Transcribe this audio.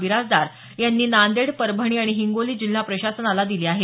बिराजदार यांनी नांदेड परभणी आणि हिंगोली जिल्हा प्रशासनाला दिल्या आहेत